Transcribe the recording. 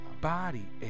Body